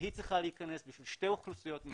והיא צריכה להיכנס בשביל שתי אוכלוסיות מאוד